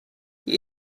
die